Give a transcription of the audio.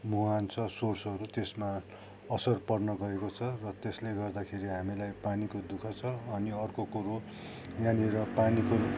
मुहान छ सोर्सहरू त्यसमा असर पर्न गएको छ र त्यसले गर्दाखेरि हामीलाई पानीको दुःख छ अनि अर्को कुरो याँनिर पानीको